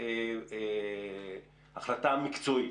החלטה מקצועית,